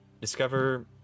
discover